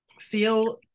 feel